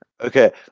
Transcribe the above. Okay